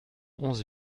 onze